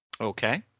Okay